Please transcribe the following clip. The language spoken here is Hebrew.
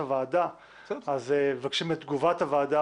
הוועדה אז מבקשים את תגובת הוועדה,